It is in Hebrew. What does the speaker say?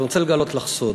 אני רוצה לגלות לך סוד,